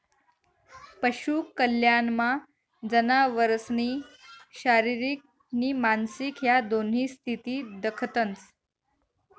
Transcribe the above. पशु कल्याणमा जनावरसनी शारीरिक नी मानसिक ह्या दोन्ही स्थिती दखतंस